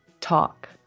talk